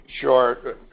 Sure